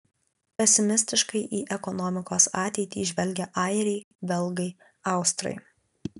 pesimistiškai į ekonomikos ateitį žvelgia airiai belgai austrai